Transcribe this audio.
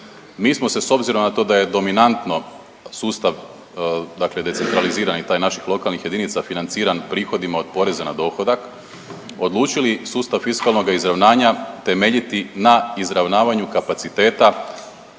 Mi smo se s obzirom na to da je dominantno sustav, dakle decentralizirani taj naših lokalnih jedinica financiran prihodima od poreza na dohodak, odlučili sustav fiskalnoga izravnanja temeljiti na izravnavanju kapaciteta